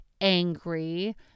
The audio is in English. angry